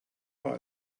war